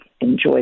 enjoy